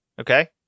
Okay